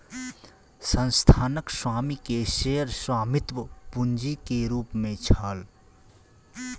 संस्थानक स्वामी के शेयर स्वामित्व पूंजी के रूप में छल